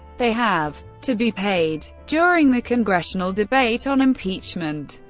they have to be paid. during the congressional debate on impeachment,